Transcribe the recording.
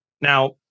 Now